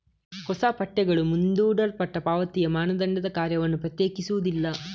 ಹೊಸ ಪಠ್ಯಗಳು ಮುಂದೂಡಲ್ಪಟ್ಟ ಪಾವತಿಯ ಮಾನದಂಡದ ಕಾರ್ಯವನ್ನು ಪ್ರತ್ಯೇಕಿಸುವುದಿಲ್ಲ